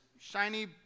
shiny